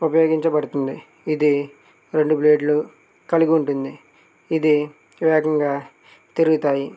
ఉపయోగించబడుతుంది ఇది రెండు బ్లేడ్లు కలిగి ఉంటుంది ఇది వేగంగా తిరుగుతాయి